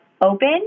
open